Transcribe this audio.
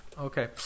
Okay